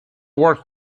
work